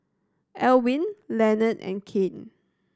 Alwine Lenord and Kane